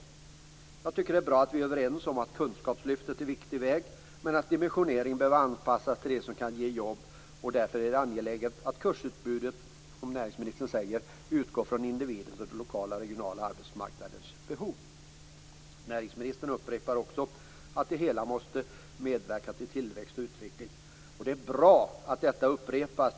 Jag tycker att det är bra att vi är överens om att kunskapslyftet är en viktig väg men att dimensioneringen behöver anpassas till det som kan ge jobb och att det därför är angeläget att kursutbudet, som näringsministern säger, utgår från individens och den lokala och regionala arbetsmarknadens behov. Näringsministern upprepar också att det hela måste medverka till tillväxt och utveckling. Det är bra att detta upprepas.